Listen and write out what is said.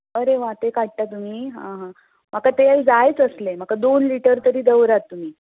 बरें वांटे काडटा तुमी हा हा म्हाका तेल जायच आसलें म्हाका दोन लिटर तरी दवरात तुमी